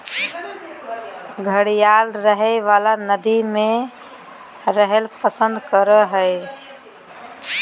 घड़ियाल बहइ वला नदि में रहैल पसंद करय हइ